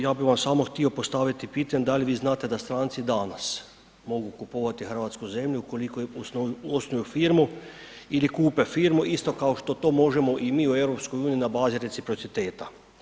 Ja bi vam samo htio postavit pitanje da li vi znate da stranci danas mogu kupovati hrvatsku zemlju ukoliko osnuju firmu ili kupe firmu isto kao što to možemo i mi u EU na bazi reprociteta.